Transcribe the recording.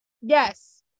Yes